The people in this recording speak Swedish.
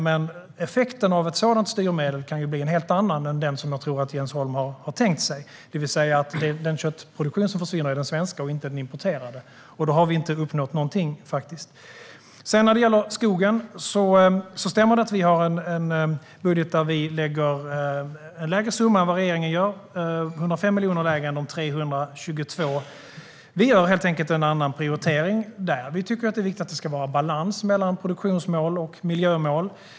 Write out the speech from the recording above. Men effekten av ett sådant styrmedel kan bli en helt annan än den jag tror att Jens Holm har tänkt sig, det vill säga att den köttproduktion som försvinner är den svenska och inte den importerade. Då har vi inte uppnått någonting. När det gäller skogen stämmer det att vi har en budget där vi lägger en lägre summa än vad regeringen gör. Det är 105 miljoner lägre än de 322. Vi gör helt enkelt en annan prioritering där. Det är viktigt att det ska vara balans mellan produktionsmål och miljömål.